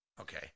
Okay